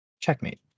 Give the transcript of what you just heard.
checkmate